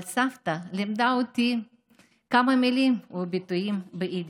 אבל סבתא לימדה אותי כמה מילים וביטויים ביידיש.